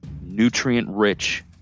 nutrient-rich